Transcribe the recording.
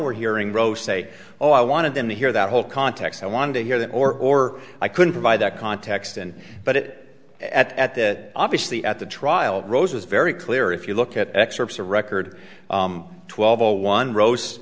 we're hearing roe say oh i wanted them to hear that whole context i wanted to hear that or i couldn't provide that context and but it at that obviously at the trial rose was very clear if you look at excerpts the record twelve or one rose